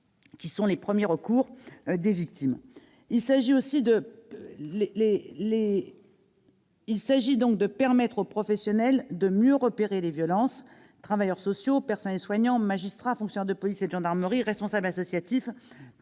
qui sont les premiers recours des victimes, s'est accru. Il s'agit de permettre aux professionnels de mieux repérer les violences. Travailleurs sociaux, personnels soignants, magistrats, fonctionnaires de police, gendarmes ou responsables associatifs